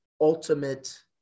ultimate